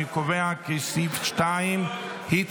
אני קובע כי סעיף 2 כנוסח הוועדה